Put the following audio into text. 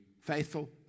faithful